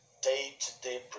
day-to-day